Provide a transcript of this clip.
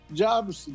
jobs